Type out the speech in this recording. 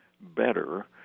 better